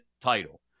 title